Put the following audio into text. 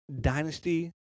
Dynasty